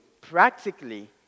practically